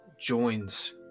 joins